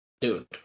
Dude